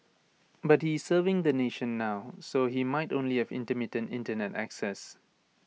but he serving the nation now so he might only have intermittent Internet access